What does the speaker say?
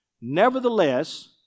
Nevertheless